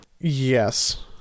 Yes